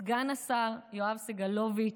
לסגן השר יואב סגלוביץ',